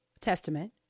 Testament